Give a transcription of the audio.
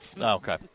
Okay